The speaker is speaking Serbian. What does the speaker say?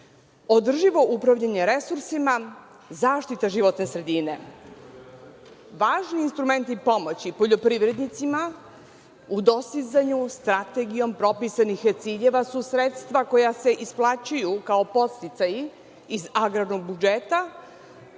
održivo upravljanje resursima, zaštita životne sredine. Važni instrumenti pomoći poljoprivrednicima u dostizanju strategijom propisanih ciljevi su sredstva koja se isplaćuju kao podsticaji iz agrarnog budžeta,